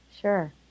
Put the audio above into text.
Sure